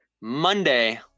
Monday